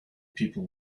people